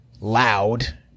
loud